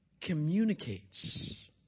communicates